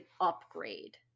upgrade